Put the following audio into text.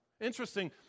Interesting